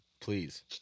Please